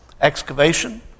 excavation